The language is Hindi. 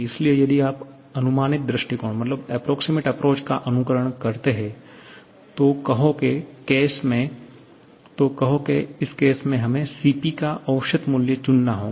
इसलिए यदि आप अनुमानित दृष्टिकोण का अनुसरण करते हैं तो कहो के केस मे हमें Cp का औसत मूल्य चुनना होगा